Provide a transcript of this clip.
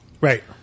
Right